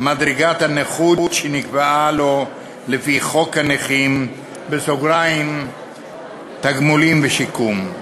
מדרגת הנכות שנקבעה לו לפי חוק הנכים (תגמולים ושיקום).